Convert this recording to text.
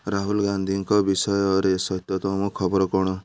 ରାହୁଲ ଗାନ୍ଧୀଙ୍କ ବିଷୟରେ ସତ୍ୟତମ ଖବର କ'ଣ